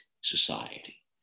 society